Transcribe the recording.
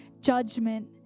judgment